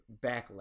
Backlash